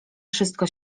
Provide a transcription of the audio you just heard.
wszystko